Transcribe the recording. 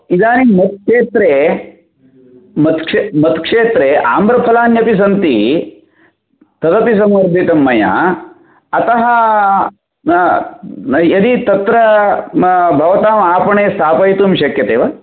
इदानीं मत् क्षेत्रे मत् क्षे मत् क्षेत्रे आम्रफलानि अपि सन्ति तदपि सम्वर्धितं मया अतः यदि तत्र भवताम् आपणे स्थापयितुं शक्यते वा